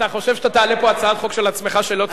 אתה חושב שאתה תעלה פה הצעת חוק של עצמך שלא צודקת?